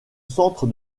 centre